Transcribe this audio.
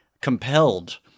compelled